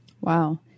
Wow